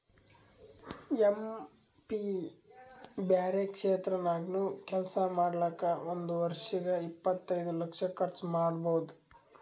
M P ಬ್ಯಾರೆ ಕ್ಷೇತ್ರ ನಾಗ್ನು ಕೆಲ್ಸಾ ಮಾಡ್ಲಾಕ್ ಒಂದ್ ವರ್ಷಿಗ್ ಇಪ್ಪತೈದು ಲಕ್ಷ ಕರ್ಚ್ ಮಾಡ್ಬೋದ್